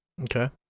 Okay